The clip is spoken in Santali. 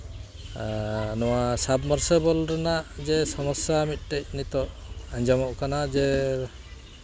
ᱱᱚᱣᱟ ᱥᱟᱵᱽᱢᱟᱨᱥᱤᱵᱮᱞ ᱨᱮᱱᱟᱜ ᱡᱮ ᱥᱚᱢᱚᱥᱥᱟ ᱢᱤᱫᱴᱮᱱ ᱱᱤᱛᱚᱜ ᱟᱸᱡᱚᱢᱚᱜ ᱠᱟᱱᱟ ᱡᱮ